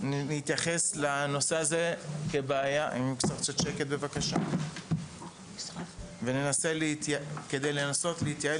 ושנתייחס לנושא כבעיה כדי לנסות להתייעל